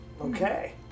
Okay